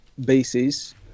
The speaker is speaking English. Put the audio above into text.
bases